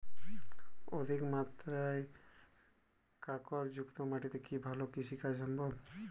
অধিকমাত্রায় কাঁকরযুক্ত মাটিতে কি ভালো কৃষিকাজ সম্ভব?